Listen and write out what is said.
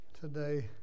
today